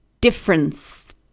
difference